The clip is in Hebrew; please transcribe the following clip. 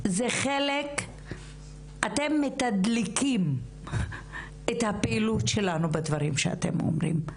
אתן מתדלקות את הפעילות שלנו בדברים שאתן אומרות.